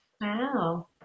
Wow